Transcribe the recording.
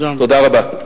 תודה רבה.